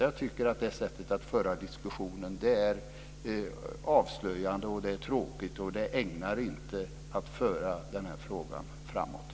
Jag tycker att det sättet att föra diskussionen är avslöjande och tråkigt. Det är inte ägnat att föra den här frågan framåt.